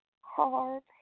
hard